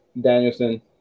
Danielson